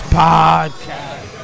podcast